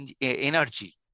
energy